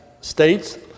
states